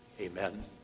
Amen